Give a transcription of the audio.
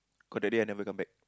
cause that day I never come back